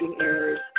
errors